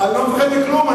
אני לא מפחד מכלום.